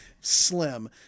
slim